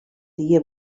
die